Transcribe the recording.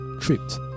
tripped